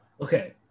Okay